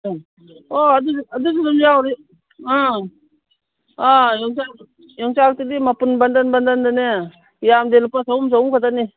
ꯑꯣ ꯑꯗꯨꯁꯨ ꯑꯗꯨꯝ ꯌꯥꯎꯔꯤ ꯑꯥ ꯑꯥ ꯌꯣꯡꯆꯥꯛꯇꯨꯗꯤ ꯃꯄꯨꯟ ꯕꯟꯗꯟ ꯕꯟꯗꯟꯗꯅꯦ ꯌꯥꯝꯗꯦ ꯂꯨꯄꯥ ꯆꯍꯨꯝ ꯆꯍꯨꯝ ꯈꯛꯇꯅꯤ